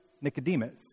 Nicodemus